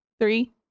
Three